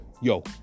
yo